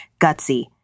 Gutsy